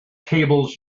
cables